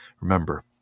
Remember